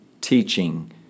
teaching